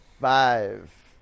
Five